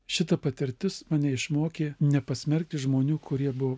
šita patirtis mane išmokė nepasmerkti žmonių kurie buvo